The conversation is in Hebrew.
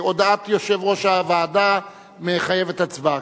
הודעת יושב-ראש הוועדה מחייבת הצבעה,